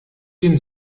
den